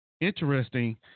interesting